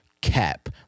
Cap